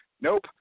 nope